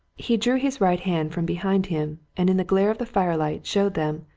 he drew his right hand from behind him, and in the glare of the firelight showed them,